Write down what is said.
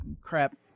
crap